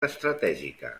estratègica